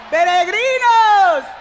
Peregrinos